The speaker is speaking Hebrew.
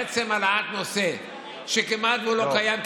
עצם העלאת נושא שכמעט שלא קיים,